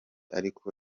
ariko